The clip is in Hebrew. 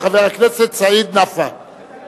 של חבר הכנסת סעיד נפאע.